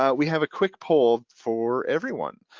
ah we have a quick poll for everyone.